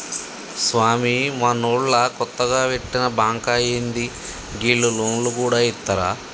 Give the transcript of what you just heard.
స్వామీ, మనూళ్ల కొత్తగ వెట్టిన బాంకా ఏంది, గీళ్లు లోన్లు గూడ ఇత్తరా